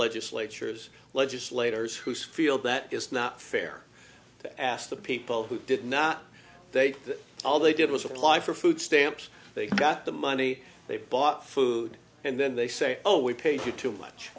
legislatures legislators who spiel that it's not fair to ask the people who did not take that all they did was apply for food stamps they got the money they bought food and then they say oh we paid you too much